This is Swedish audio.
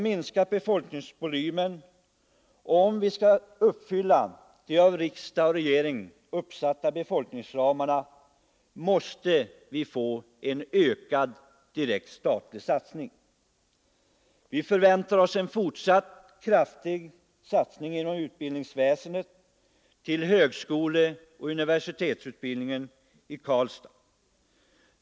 Länets befolkningstal minskar, och om vi i Värmland skall uppfylla de av riksdag och regering uppsatta befolkningsramarna måste vi få en ökad direkt statlig satsning. Vi förväntar oss en fortsatt kraftig satsning inom utbildningsväsendet för högskoleoch universitetsutbildningen i Karlstad.